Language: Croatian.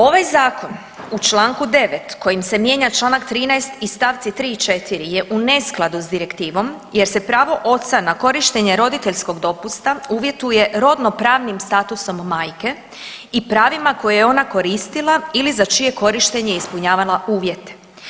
Ovaj zakon u čl. 9. kojim se mijenja čl. 13. i st. 3. i 4. je u neskladu s direktivom jer se pravo oca na korištenje roditeljskog dopusta uvjetuje rodnopravnim statusom majke i pravima koje je ona koristila ili za čije korištenje je ispunjavala uvjete.